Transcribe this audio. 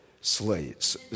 slaves